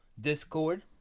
Discord